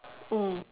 mm